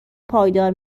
پایدار